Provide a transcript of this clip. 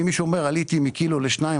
אם מישהו אומר עליתי מקילו לשני קילו,